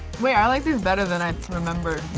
wait i like these better than i remember.